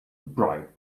bright